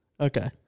Okay